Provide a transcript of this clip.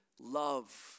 love